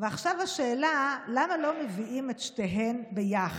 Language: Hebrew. ועכשיו השאלה היא למה לא מביאים את שתיהן ביחד.